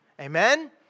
Amen